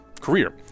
career